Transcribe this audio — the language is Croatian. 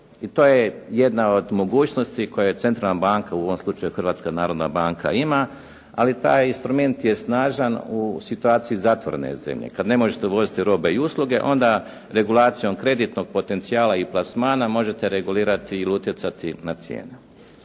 I to je jedna od mogućnosti koja je centralna banka, u ovom slučaju Hrvatska narodna banka ima. Ali taj instrument je snažan u situaciji zatvorene zemlje kad ne možete uvoziti robe i usluge. Onda regulacijom kreditnog potencijala i plasmana možete regulirati ili utjecati na cijene.